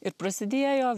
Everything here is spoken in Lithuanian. ir prasidėjo